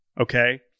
okay